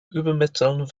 übermitteln